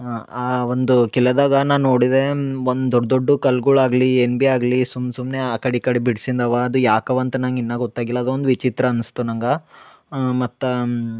ಆ ಒಂದು ಕಿಲದಾಗ ನಾ ನೋಡಿದೆ ಒಂದು ದೊಡ್ಡ ದೊಡ್ಡು ಕಲ್ಗಳು ಆಗಲಿ ಏನು ಬಿ ಆಗ್ಲಿ ಸುಮ್ ಸುಮ್ನೆ ಆ ಕಡೆ ಈ ಕಡೆ ಬಿಡ್ಸಿಂದ ಅವಾ ಅದು ಯಾಕೆ ಅವ ಅಂತ ನನ್ಗ ಇನ್ನ ಗೊತ್ತಾಗಿಲ್ಲ ಅದೊಂದು ವಿಚಿತ್ರ ಅನ್ಸ್ತು ನಂಗೆ ಮತ್ತು